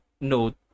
note